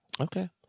Okay